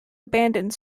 abandoned